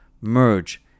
merge